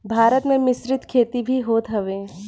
भारत में मिश्रित खेती भी होत हवे